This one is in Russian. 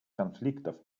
конфликтов